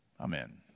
Amen